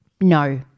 No